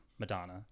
Madonna